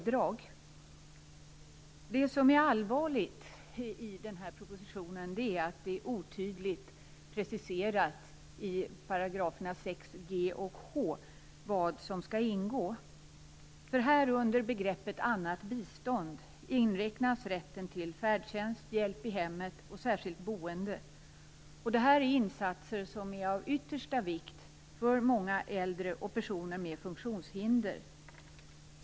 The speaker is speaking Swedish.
Det som är allvarligt i den här propositionen är att det är otydligt preciserat i §§ 6 g och 6 h vad som skall ingå. I 6 g inräknas under begreppet "annat bistånd" rätten till färdtjänst, hjälp i hemmet och särskilt boende. Det här är insatser som är av yttersta vikt för många äldre och för personer med funktionshinder.